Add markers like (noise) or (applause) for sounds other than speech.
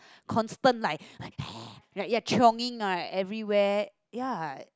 constant like (noise) like chiong-ing right every way